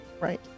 Right